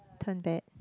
turn bad